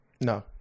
no